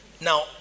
now